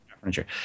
furniture